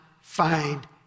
find